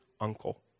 uncle